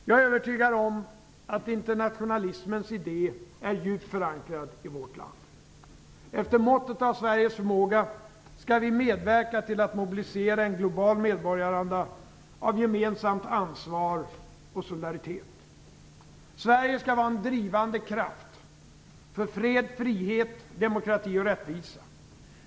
Jag är övertygad om att internationalismens idé är djupt förankrad i vårt land. Efter måttet av Sveriges förmåga skall vi medverka till att mobilisera en global medborgaranda av gemensamt ansvar och solidaritet. Sverige skall vara en drivande kraft för fred, frihet, demokrati och rättvisa.